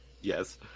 Yes